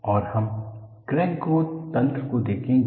और हम crack growth तंत्र को देखेंगे